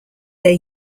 their